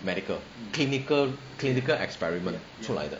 medical clinical clinical experiment 出来的